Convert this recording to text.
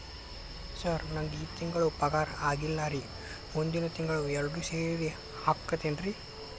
sir ನಂಗ ಈ ತಿಂಗಳು ಪಗಾರ ಆಗಿಲ್ಲಾರಿ ಮುಂದಿನ ತಿಂಗಳು ಎರಡು ಸೇರಿ ಹಾಕತೇನ್ರಿ